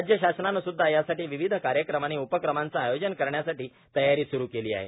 राज्यशासनानं सुद्धा यासाठी विविध कार्यक्रम आणि उपक्रमाचं आयोजन करण्यासाठी तयारी सुरू केली आहे